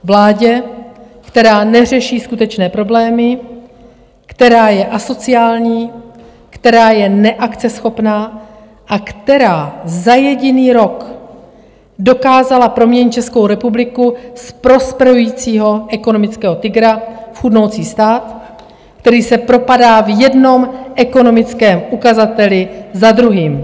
Vládě, která neřeší skutečné problémy, která je asociální, která je neakceschopná a která za jediný rok dokázala proměnit Českou republiku z prosperujícího ekonomického tygra v chudnoucí stát, který se propadá v jednom ekonomickém ukazateli za druhým.